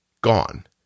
gone